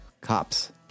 Cops